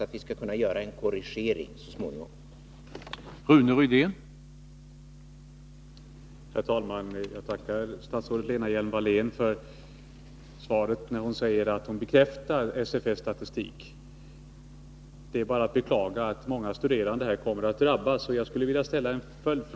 Jag hoppas på en korrigering så småningom i det avseendet.